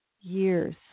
years